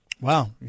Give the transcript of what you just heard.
Wow